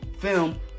film